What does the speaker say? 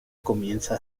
comienza